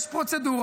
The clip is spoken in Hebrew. יש פרוצדורה.